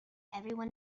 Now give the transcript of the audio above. everyone